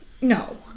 No